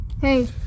Hey